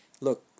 look